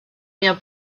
bien